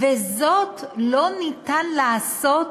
ואת זה אי-אפשר לעשות